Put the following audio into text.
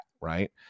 Right